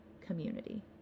community